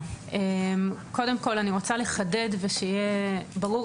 קודם כל אני רוצה לחדד ושיהיה ברור,